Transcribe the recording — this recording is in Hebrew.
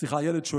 שואל הילד.